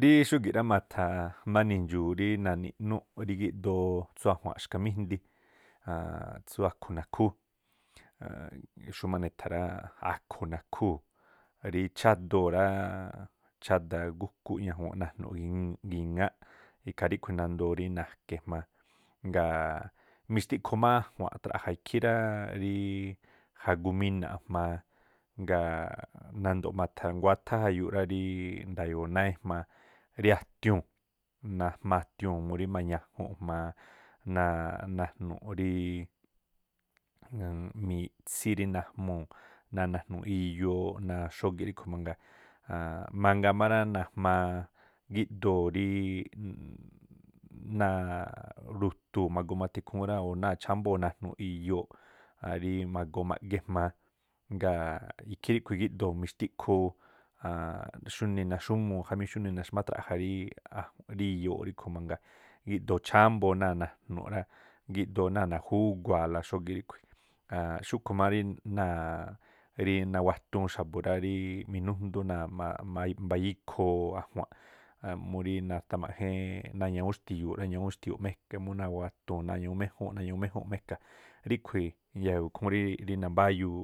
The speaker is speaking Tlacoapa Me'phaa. Ríí xúgi̱ꞌ rá ma̱tha̱ jma̱a nindxu̱u̱ rí naꞌniiꞌnúúꞌ rí gíꞌdoo tsú a̱juanꞌ xkamíjndi a̱a̱nꞌ tsú akhu̱ nakhúú, xúmá ne̱tha̱ rá, akhu̱ nakhúu̱, rí chádoo̱ rá, cháda gúꞌkúꞌ ñajuunꞌ najnu̱ gi̱n- gi̱ŋááꞌ- ikhaa ríꞌkhui̱ nandoo rí na̱ke̱ jma̱a, ngaa̱ mixtiꞌkhu̱ má a̱jua̱nꞌ rí traꞌja ikhí ráá ríí jagu̱mina̱ꞌ jma̱a. Ngaa̱ nando̱ꞌ ma̱tha̱ nguáthá jayuuꞌ rá ríí nda̱yo̱o̱ náá ejmaa, rí a̱tiuu̱n, najmaa a̱tiuu̱n murí mañajunꞌ jma̱a náa̱ najnu̱ꞌ ríí miꞌtsí rí najmuu̱, náa̱ najnu̱ꞌ iyooꞌ náa̱ xógíꞌ ríꞌkhu̱ mangaa. Mangaa má rá najmaa gíꞌdoo̱ rí náaꞌ ru̱tu̱u̱ ma̱goo ma̱tha̱ ikhúún rá o̱ náa̱ chámbóo̱ najnu̱ꞌ iyoo̱ꞌ aan ríí ma̱goo maꞌgee̱ jmaa̱ ngaa̱ ikhí ríꞌkhui̱ gíꞌdoo̱ mixtiꞌkhu xúnii naxúmuu jamí xúnii naxmátraꞌja ríí oyoo̱ꞌ ríꞌkhu̱ mangaa̱ gíꞌdoo̱ chámboo náa̱ najnu̱ꞌ rá, gíꞌdoo̱ náa̱ najúgua̱a̱la xógíꞌ ríꞌkhui̱. xúꞌkhu̱ má rí náa̱ꞌ rí nawatuun xa̱bu̱ rá rí minujdú mbayá ikhoo a̱jua̱n murí natamaꞌjéén náa̱ ̱ñawún xti̱yu̱u̱ꞌ rá, ñawún xti̱yu̱u̱ꞌ má e̱ke̱ mú nawatuu̱n náa̱ ñawún méjúu̱nꞌ ñawún méjúu̱nꞌ má e̱ka̱ ríꞌkhui̱ yau khúúnꞌ riiꞌ rí nambáyuu